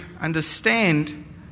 understand